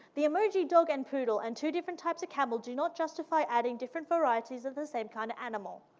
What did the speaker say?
the emoji dog and poodle, and two different types of camel do not justify adding different varieties of the same kind of animal.